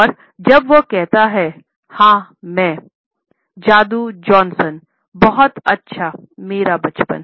और जब वह कहता 'है मैं' मेरा बचपन